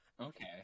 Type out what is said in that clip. Okay